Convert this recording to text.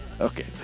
Okay